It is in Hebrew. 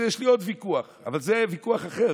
יש לי עוד ויכוח איתם, אבל זה ויכוח אחר.